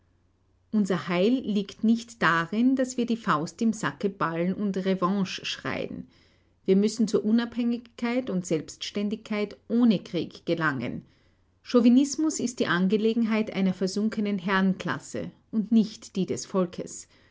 unser heil liegt nicht darin daß wir die faust im sacke ballen und revanche schreien wir müssen zur unabhängigkeit und selbständigkeit ohne krieg gelangen chauvinismus ist die angelegenheit einer versunkenen herrenklasse und nicht die des volkes